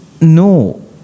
no